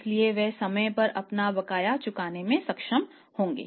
इसलिए वे समय पर अपना बकाया चुकाने में सक्षम होंगे